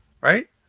right